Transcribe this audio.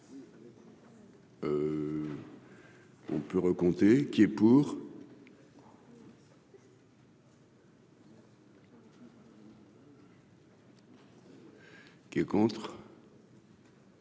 ne peut recompter, qui est pour. Qui est contre.